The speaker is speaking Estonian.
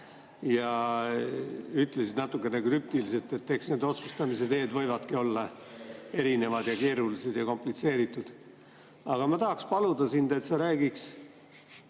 ja ütlesid natukene krüptiliselt, et eks need otsustamise teed võivadki olla erinevad ja keerulised, komplitseeritud. Aga ma tahaksin paluda sind, et sa räägiksid